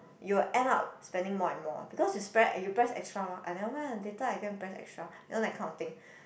you will end up spending more and more because you spend you press extra mah ah nevermind lah later I go and press extra you know that kind of thing